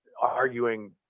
arguing